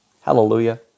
Hallelujah